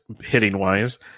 hitting-wise